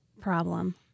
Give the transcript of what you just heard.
problem